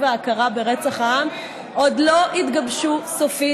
ההכרה ברצח העם עוד לא התגבשו סופית.